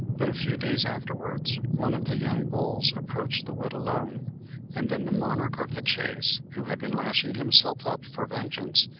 but a few days afterwards one of the young bulls approached the wood alone and then the monarch of the chase, who had been lashing himself up for vengeance,